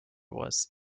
was